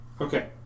Okay